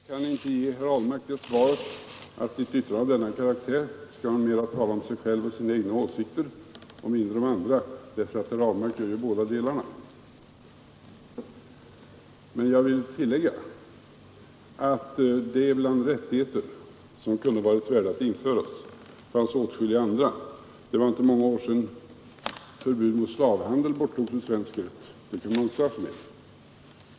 bi Herr talman! Jag kan inte ge herr Ahlmark det svaret, att i ett yttrande av denna karaktär borde mera talas om egna åsikter och mindre om andras, därför att herr Ahlmark gör båda delarna. Jag vill tillägga att det bland rättigheter som kunde varit värda att införas finns åtskilliga andra. Det var inte många år sedan som förbudet mot slavhandel borttogs ur svensk rätt.